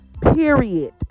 period